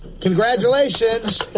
congratulations